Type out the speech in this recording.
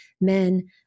men